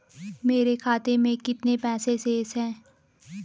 मेरे खाते में कितने पैसे शेष हैं?